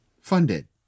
funded